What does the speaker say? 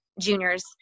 juniors